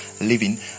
living